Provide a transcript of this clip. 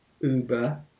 Uber